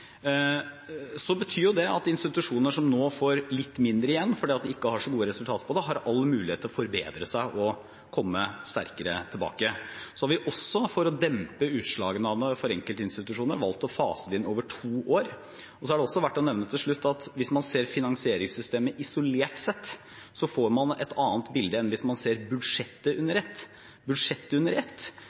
betyr det at institusjoner som nå får litt mindre igjen fordi de ikke har så gode resultater, har mulighet for å forbedre seg og komme sterkere tilbake. Så har vi, for å dempe utslagene for enkeltinstitusjonene, valgt å fase det inn over to år. Det er også verdt å nevne til slutt at hvis man ser på finansieringssystemet isolert sett, får man et annet bilde enn hvis man ser budsjettet under ett. Budsjettet under ett